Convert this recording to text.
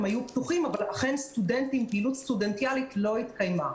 הם היו פתוחים אבל אכן פעילות סטודנטיאלית לא התקיימה.